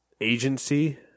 agency